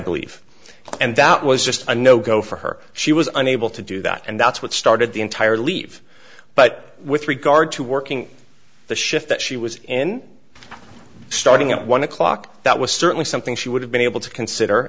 believe and that was just a no go for her she was unable to do that and that's what started the entire leave but with regard to working the shift that she was in starting at one o'clock that was certainly something she would have been able to consider